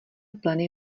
pleny